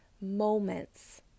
moments